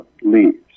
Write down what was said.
leaves